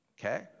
okay